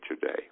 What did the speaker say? today